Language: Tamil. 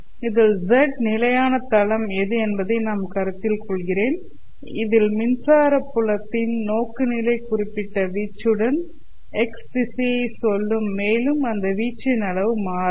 இதில் z0 நிலையான தளம் எது என்பதை நான் கருத்தில் கொள்கிறேன் இதில் மின்சார புலத்தின் நோக்குநிலை குறிப்பிட்ட வீச்சுடன் x திசையை சொல்லும் மேலும் அந்த வீச்சின் அளவு மாறாது